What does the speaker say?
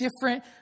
different